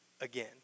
again